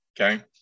Okay